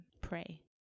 Pray